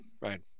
right